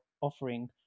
offering